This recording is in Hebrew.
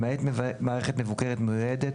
למעט מערכת מבוקרת מיועדת,